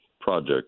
project